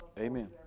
Amen